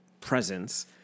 presence